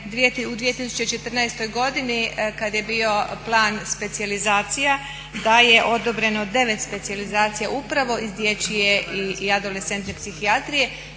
u 2014. godini kad je bio plan specijalizacija da je odobreno 9 specijalizacija upravo iz dječje i adolescentne psihijatrije,